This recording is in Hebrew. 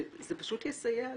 שזה פשוט יסייע לכם.